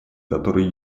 которое